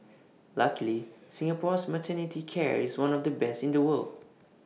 luckily Singapore's maternity care is one of the best in the world